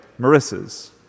Marissa's